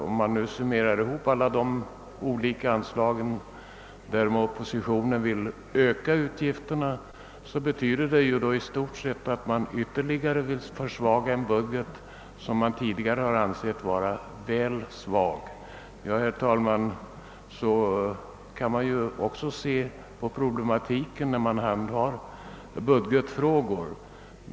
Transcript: Om man summerar ihop alla de punkter på vilka oppositionen vill öka anslagen betyder det alltså att oppositionen ytter ligare vill försvaga en budget som tidigare har ansetts vara väl svag. Herr talman! Så kan man också se på problematiken när man handhar budgetfrågor.